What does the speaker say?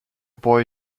boy